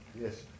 Yes